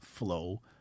flow